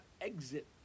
exit